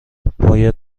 باید